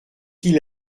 qu’il